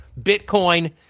Bitcoin